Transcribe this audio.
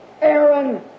Aaron